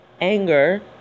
anger